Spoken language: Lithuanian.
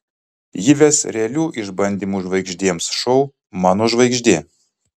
ji ves realių išbandymų žvaigždėms šou mano žvaigždė